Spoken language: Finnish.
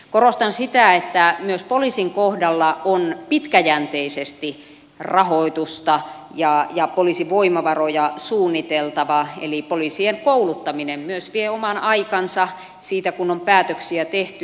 korostan sitä että myös poliisin kohdalla on pitkäjänteisesti rahoitusta ja poliisivoimavaroja suunniteltava eli poliisien kouluttaminen myös vie oman aikansa siitä kun on päätöksiä tehty